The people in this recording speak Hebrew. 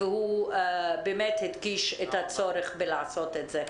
והוא הדגיש את הצורך לעשות את זה.